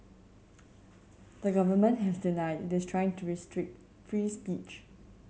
the government has denied this trying to restrict free speech